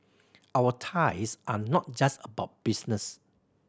our ties are not just about business